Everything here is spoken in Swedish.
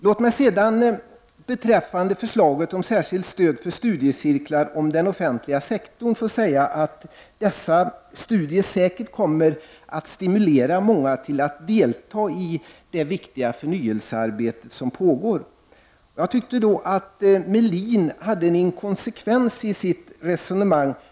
Låt mig sedan beträffande förslaget om särskilt stöd för studiecirklar om den offentliga sektorn säga att dessa studier säkert kommer att stimulera många till att delta i det viktiga förnyelsearbete som pågår. Jag tyckte att det fanns en inkonsekvens i Ulf Melins resonemang.